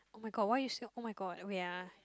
[oh]-my-god why you so [oh]-my-god wait ah